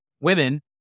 women